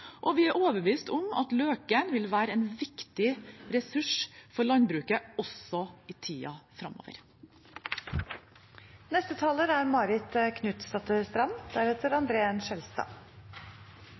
og vi er overbevist om at Løken vil være en viktig ressurs for landbruket også i